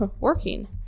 working